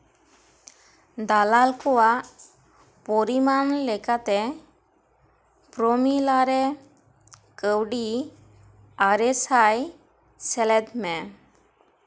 ᱫᱟᱞᱟᱞ ᱠᱚᱣᱟᱜ ᱯᱚᱨᱤᱢᱟᱱ ᱞᱮᱠᱟᱛᱮ ᱯᱨᱚᱢᱤᱞᱟ ᱨᱮ ᱠᱟᱹᱣᱰᱤ ᱟᱨᱮ ᱥᱟᱭ ᱥᱮᱞᱮᱫ ᱢᱮ